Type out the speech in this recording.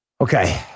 Okay